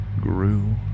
grew